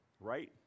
right